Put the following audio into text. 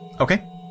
Okay